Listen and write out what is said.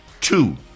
Two